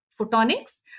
photonics